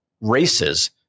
races